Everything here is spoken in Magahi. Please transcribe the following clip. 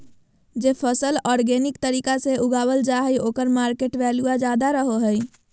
जे फसल ऑर्गेनिक तरीका से उगावल जा हइ ओकर मार्केट वैल्यूआ ज्यादा रहो हइ